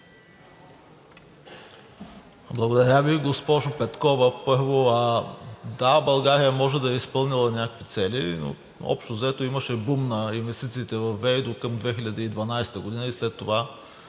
Благодаря Ви. Госпожо Петкова, първо. Да, България може да е изпълнила някакви цели, но общо взето имаше бум на инвестициите във ВЕИ докъм 2012 г. и след това